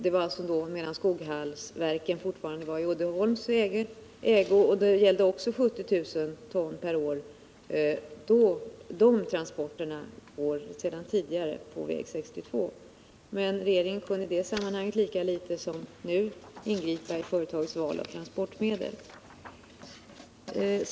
Det var medan Skoghallsverken fortfarande var i Uddeholms ägo, och det gällde även då storleksordningen 70 000 ton per år. Men regeringen kunde i det sammanhanget, lika litet som nu, ingripa i företagets val av transportmedel.